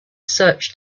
searched